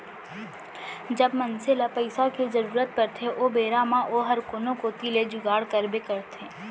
जब मनसे ल पइसा के जरूरत परथे ओ बेरा म ओहर कोनो कोती ले जुगाड़ करबे करथे